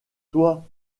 toi